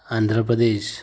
Andhra Pradesh